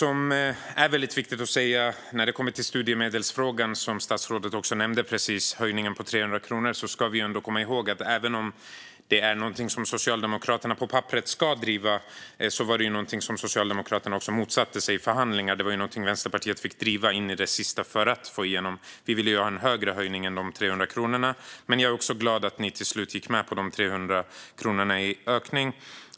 Höjningen av bidragsdelen, som statsrådet precis nämnde, ska Socialdemokraterna kanske driva på papperet men har motsatt sig i förhandlingar. Vänsterpartiet fick driva på in i det sista för att få igenom den. Vi ville ha en högre höjning, men jag är ändå glad att ni till slut gick med på de 300 kronorna.